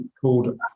called